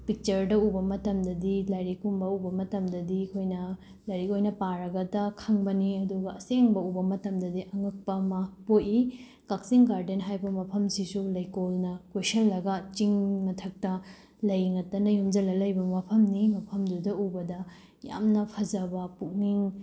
ꯄꯤꯛꯆꯔꯗ ꯎꯕ ꯃꯇꯝꯗꯗꯤ ꯂꯥꯏꯔꯤꯛꯀꯨꯝꯕ ꯎꯕ ꯃꯇꯝꯗꯗꯤ ꯑꯩꯈꯣꯏꯅ ꯂꯥꯏꯔꯤꯛ ꯑꯣꯏꯅ ꯄꯥꯔꯒꯇ ꯈꯪꯕꯅꯤ ꯑꯗꯨꯒ ꯑꯁꯦꯡꯕ ꯎꯕ ꯃꯇꯝꯗꯗꯤ ꯑꯉꯛꯄ ꯑꯃ ꯄꯣꯛꯏ ꯀꯛꯆꯤꯡ ꯒꯥꯔꯗꯦꯟ ꯍꯥꯏꯕ ꯃꯐꯝꯁꯤꯁꯨ ꯂꯩꯀꯣꯜꯅ ꯀꯣꯏꯁꯤꯜꯂꯒ ꯆꯤꯡ ꯃꯊꯛꯇ ꯂꯩ ꯉꯥꯛꯇꯅ ꯌꯣꯝꯁꯤꯜꯂꯒ ꯂꯩꯕ ꯃꯐꯝꯅꯤ ꯃꯐꯝꯗꯨꯗ ꯎꯕꯗ ꯌꯥꯝꯅ ꯐꯖꯕ ꯄꯨꯛꯅꯤꯡ